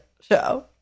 show